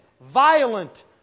violent